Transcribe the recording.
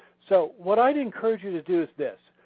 so what i'd encourage you to do is this.